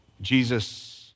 Jesus